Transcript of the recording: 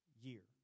year